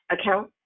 account